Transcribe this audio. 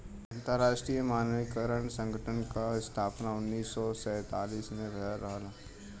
अंतरराष्ट्रीय मानकीकरण संगठन क स्थापना उन्नीस सौ सैंतालीस में भयल रहल